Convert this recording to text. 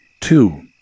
Two